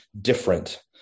different